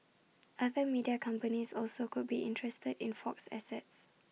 other media companies also could be interested in Fox's assets